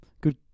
Good